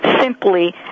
simply